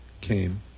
came